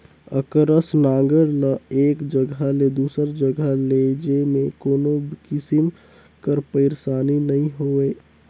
अकरस नांगर ल एक जगहा ले दूसर जगहा लेइजे मे कोनो किसिम कर पइरसानी नी होए